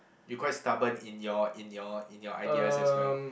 you quite stubborn in your in your in your ideas as well